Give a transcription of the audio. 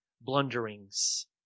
blunderings